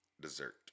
dessert